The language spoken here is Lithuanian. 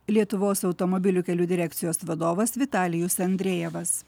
lietuvos automobilių kelių direkcijos vadovas vitalijus andrejevas